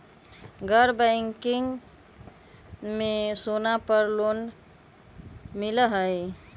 गैर बैंकिंग में सोना पर लोन मिलहई?